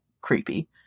creepy